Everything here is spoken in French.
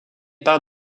part